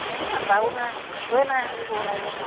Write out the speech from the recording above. এই আটাও নাই একোৱে নাই বুলি ক'ব লাগিব